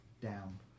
down